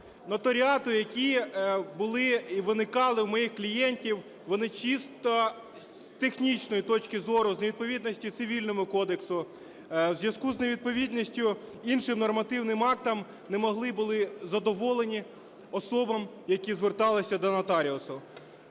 нотаріату, які були і виникали у моїх клієнтів, вони чисто з технічної точки зору, з невідповідності Цивільному кодексу, в зв'язку з невідповідністю іншим нормативним актам не могли були задоволені особам, які зверталися до нотаріусу.